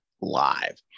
Live